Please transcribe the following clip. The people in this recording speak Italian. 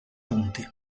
punti